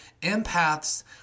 empaths